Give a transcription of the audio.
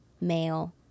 male